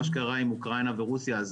מה שקרא עם אוקראינה ורוסיה,